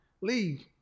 leave